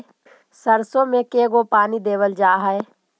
सरसों में के गो पानी देबल जा है?